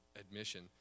admission